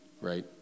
right